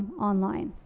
online.